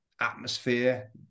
atmosphere